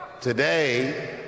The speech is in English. today